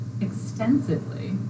extensively